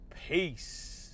Peace